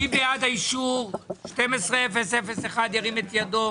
מי בעד אישור 12001 ירים את ידו?